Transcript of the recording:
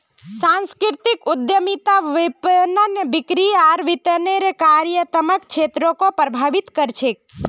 सांस्कृतिक उद्यमिता विपणन, बिक्री आर वितरनेर कार्यात्मक क्षेत्रको प्रभावित कर छेक